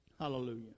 Hallelujah